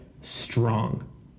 strong